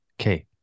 okay